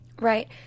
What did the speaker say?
Right